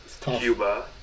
Cuba